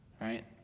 Right